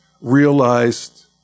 realized